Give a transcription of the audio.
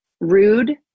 rude